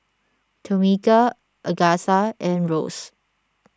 Tomeka Agatha and Rose